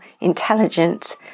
intelligent